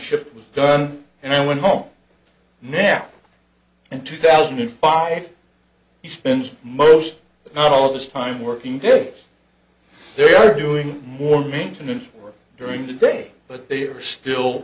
shift was done and went home now and two thousand and five he spends most if not all of his time working day they are doing more maintenance work during the day but they are still